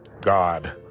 God